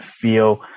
feel